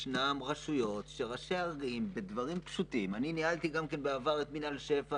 ישנן רשויות שראשי ערים בדברים פשוטים אני ניהלתי בעבר את מינהל שפ"ע